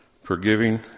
forgiving